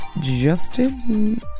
Justin